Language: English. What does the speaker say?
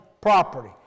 property